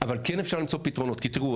אבל כן אפשר למצוא פתרונות כי תיראו,